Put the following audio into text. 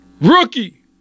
rookie